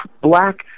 black